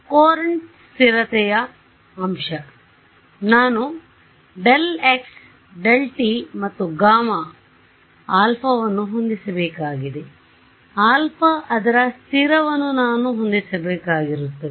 Courant ಸ್ಥಿರತೆಯ ಅಂಶನಾನು x tಮತ್ತು ಆಲ್ಫಾವನ್ನು ಹೊಂದಿಸಬೇಕಾಗಿದೆ ಆಲ್ಫಾ ಅದರ ಸ್ಥಿರವನ್ನು ನಾನು ಹೊಂದಿಸಬೇಕಾಗಿರುತ್ತದೆ